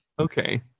okay